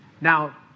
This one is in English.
Now